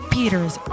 peters